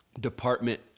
department